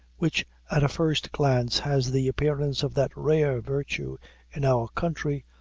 which at a first glance has the appearance of that rare virtue in our country,